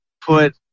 put